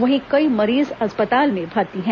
वहीं कई मरीज अस्पताल में भर्ती हैं